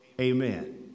Amen